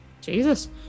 Jesus